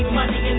money